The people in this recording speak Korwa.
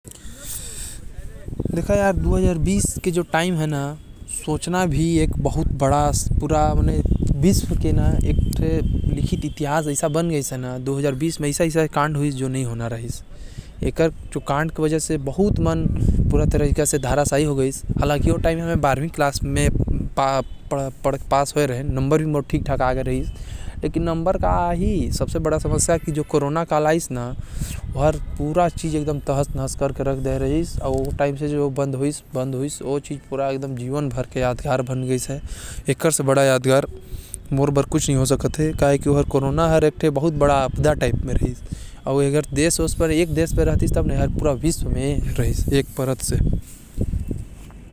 दु हजार बीस ला तो कोई नही भूल सकता हवे, काबर की ए साल तो हर जगह बर्बादी छाए रहिस। काबर की एहि साल हर जगह कोरोना आये रहिस, जेकर वजह से बहुत मन के हानि होये रहिस।